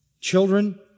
children